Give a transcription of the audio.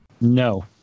No